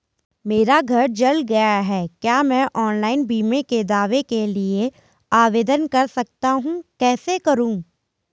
मेरा घर जल गया है क्या मैं ऑनलाइन बीमे के दावे के लिए आवेदन कर सकता हूँ कैसे करूँ?